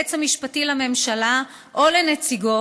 ליועץ המשפטי לממשלה או לנציגו,